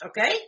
Okay